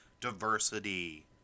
diversity